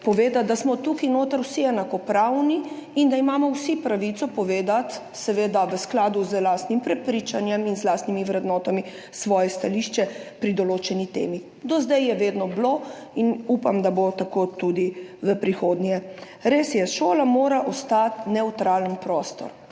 povedati, da smo tukaj notri vsi enakopravni in da imamo vsi pravico povedati, seveda v skladu z lastnim prepričanjem in z lastnimi vrednotami, svoje stališče glede določene teme. Do zdaj je bilo vedno tako in upam, da bo tako tudi v prihodnje. Res je, šola mora ostati nevtralen prostor,